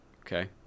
Okay